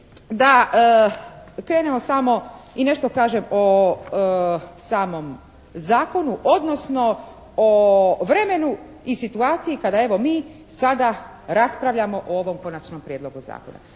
da krenemo samo i nešto kažem o samom zakonu, odnosno o vremenu i situaciji kada evo mi sada raspravljamo o ovom Konačnom prijedlogu Zakona.